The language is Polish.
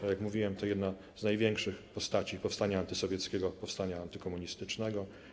Tak jak mówiłem, to jedna z największych postaci powstania antysowieckiego, powstania antykomunistycznego.